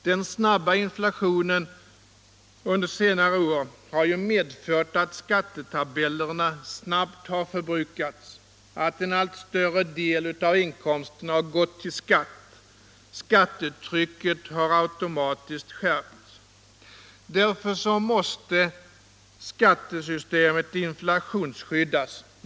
Den snabba inflationen under senare år har ju medfört att skattetabellerna snabbt förbrukats, att en allt större del av inkomsten gått till skatt. Skattetrycket har automatiskt skärpts. Därför måste skattesystemet inflationsskyddas.